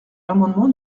l’amendement